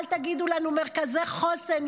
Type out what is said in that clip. אל תגידו לנו מרכזי חוסן.